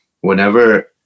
whenever